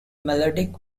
melodic